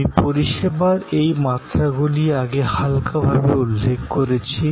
আমি পরিষেবার এই মাত্রাগুলি আগে হালকাভাবে উল্লেখ করেছি